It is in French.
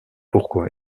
pourquoi